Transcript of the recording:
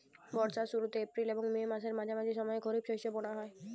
বর্ষার শুরুতে এপ্রিল এবং মে মাসের মাঝামাঝি সময়ে খরিপ শস্য বোনা হয়